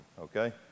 okay